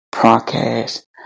broadcast